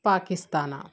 Pakistan